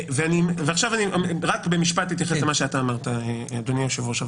אדוני היושב-ראש,